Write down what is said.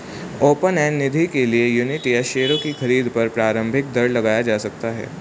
open end निधि के लिए यूनिट या शेयरों की खरीद पर प्रारम्भिक दर लगाया जा सकता है